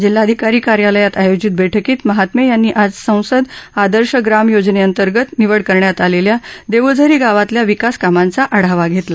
जिल्हाधिकारी कार्यालयात आयोजित बैठकीत महात्मे यांनी आज सांसद आदर्श ग्राम योजनेंतर्गत निवड करण्यात आलेल्या देऊळझरी गावातल्या विकास कामांचा आढावा घेतला